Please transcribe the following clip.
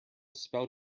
spell